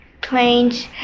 planes